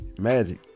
magic